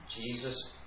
Jesus